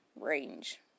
range